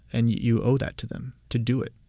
and you you owe that to them to do it.